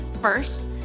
First